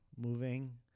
moving